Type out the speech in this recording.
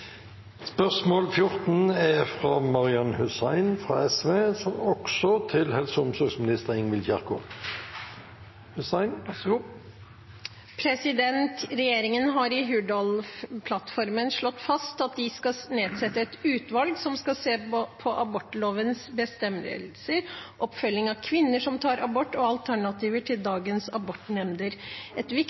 har i Hurdalsplattformen slått fast at de skal nedsette et utvalg som skal se på abortlovens bestemmelser, oppfølgingen av kvinner som tar abort, og alternativer til dagens abortnemnder. Et